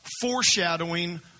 foreshadowing